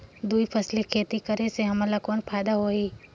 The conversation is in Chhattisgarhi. दुई फसली खेती करे से हमन ला कौन फायदा होही?